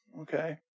okay